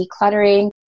decluttering